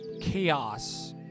chaos